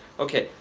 okay.